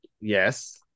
Yes